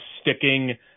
sticking